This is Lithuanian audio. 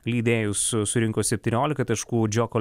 lidėjus surinko septyniolika taškų džioko